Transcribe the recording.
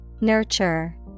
Nurture